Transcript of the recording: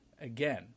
again